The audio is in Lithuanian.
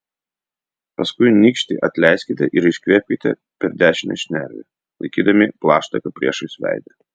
paskui nykštį atleiskite ir iškvėpkite per dešinę šnervę laikydami plaštaką priešais veidą